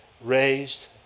raised